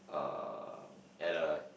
uh at a